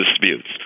disputes